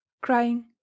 crying